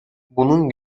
bunun